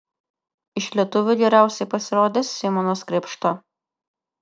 iš lietuvių geriausiai pasirodė simonas krėpšta